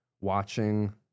watching